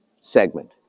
segment